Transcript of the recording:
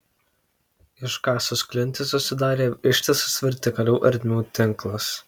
iškasus klintis susidarė ištisas vertikalių ertmių tinklas